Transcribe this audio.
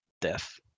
death